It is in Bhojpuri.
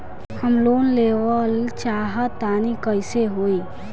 हम लोन लेवल चाह तानि कइसे होई?